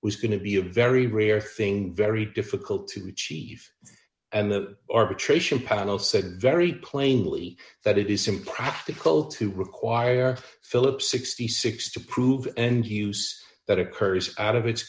was going to be a very rare thing very difficult to achieve and the arbitration panel said very plainly that it is impractical to require philip sixty six to prove and use that occurs out of its